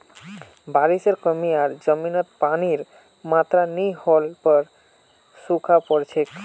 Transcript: बारिशेर कमी आर जमीनत पानीर मात्रा नई होल पर सूखा पोर छेक